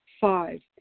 Five